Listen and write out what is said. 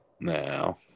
No